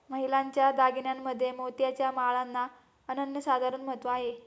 महिलांच्या दागिन्यांमध्ये मोत्याच्या माळांना अनन्यसाधारण महत्त्व आहे